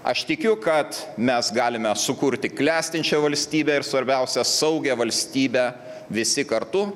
aš tikiu kad mes galime sukurti klestinčią valstybę ir svarbiausia saugią valstybę visi kartu